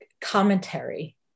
commentary